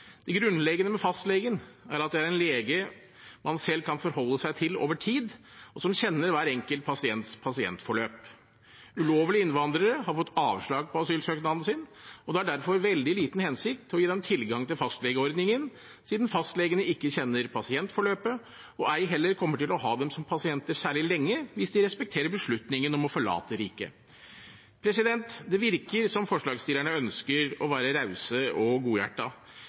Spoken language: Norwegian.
Det grunnleggende med fastlegen er at det er en lege man selv kan forholde seg til over tid, og som kjenner hver enkelt pasients pasientforløp. Ulovlige innvandrere har fått avslag på asylsøknaden sin, og det har derfor veldig liten hensikt å gi dem tilgang til fastlegeordningen siden fastlegene ikke kjenner pasientforløpet og ei heller kommer til å ha dem som pasienter særlig lenge, hvis de respekterer beslutningen om å forlate riket. Det virker som forslagsstillerne ønsker å være rause og